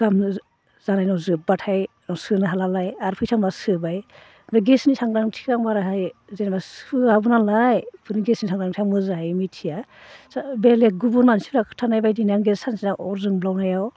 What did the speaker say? गाहाम जानायनि उनाव जोबब्लाथाय सोनो हालालाय आरो फैसा मोनब्ला सोबाय बे गेसनि सांग्रांथिखौ बाराहाय जेनेबा सोआबो नालाय ओरैनो गेसनि सांग्रांथिया मोजाङै मिथिया बेलेग गुबुन मानसिफोरा खोन्थानाय बायदिनो आं गेस सानसेयाव अर जोंब्लावनायाव